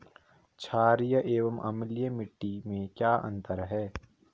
छारीय एवं अम्लीय मिट्टी में क्या अंतर है?